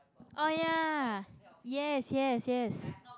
oh ya yes yes yes